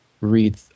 read